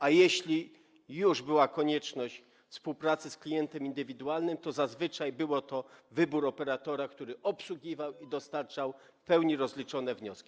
A jeśli już była konieczność współpracy z klientem indywidualnym, to zazwyczaj był to wybór operatora, który obsługiwał i dostarczał w pełni rozliczone wnioski.